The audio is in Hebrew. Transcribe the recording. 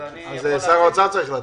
אז שר האוצר צריך להציג.